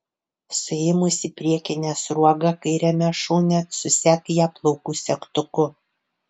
suėmusi priekinę sruogą kairiame šone susek ją plaukų segtuku